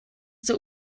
der